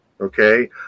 Okay